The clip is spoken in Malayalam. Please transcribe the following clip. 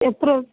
എത്ര ദിവസം